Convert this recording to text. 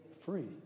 free